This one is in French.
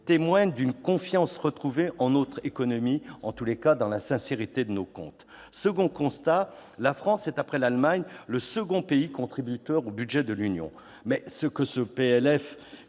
témoignent d'une confiance retrouvée en notre économie, en tout cas en la sincérité de nos comptes. Second constat : la France est, après l'Allemagne, le deuxième pays contributeur au budget de l'Union. Mais ce que ce